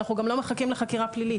אנחנו לא מחכים לחקירה פלילית.